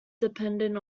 dependent